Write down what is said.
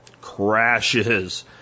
crashes